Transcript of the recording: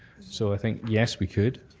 so i think, yes, we could.